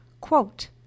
Quote